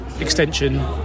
extension